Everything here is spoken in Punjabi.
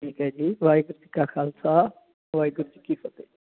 ਠੀਕ ਹੈ ਜੀ ਵਾਹਿਗੁਰੂ ਜੀ ਕਾ ਖਾਲਸਾ ਵਾਹਿਗੁਰੂ ਜੀ ਕੀ ਫਤਿਹ